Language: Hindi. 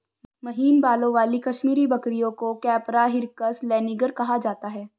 महीन बालों वाली कश्मीरी बकरियों को कैपरा हिरकस लैनिगर कहा जाता है